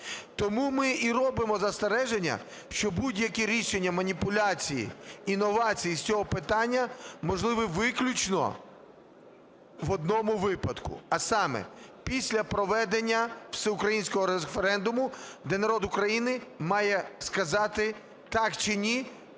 Тому ми і робимо застереження, що будь-які рішення, маніпуляції і новації з цього питання можливі виключно в одному випадку, а саме: після проведення всеукраїнського референдуму, де народ України має сказати "так" чи "ні"